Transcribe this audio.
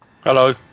hello